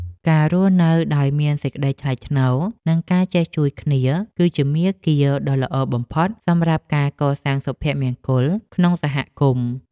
ការរស់នៅដោយមានសេចក្ដីថ្លៃថ្នូរ និងការចេះជួយគ្នាគឺជាមាគ៌ាដ៏ល្អបំផុតសម្រាប់ការកសាងសុភមង្គលក្នុងសហគមន៍។